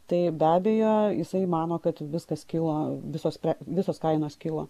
tai be abejo jisai mano kad viskas kilo visos visos kainos kilo